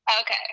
Okay